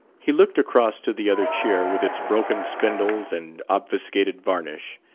he looked across to the other chair, with its broken spindles and obfuscated varnish.